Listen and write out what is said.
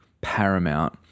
paramount